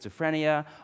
schizophrenia